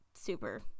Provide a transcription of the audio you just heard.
super